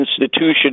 institution